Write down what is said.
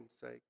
sake